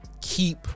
keep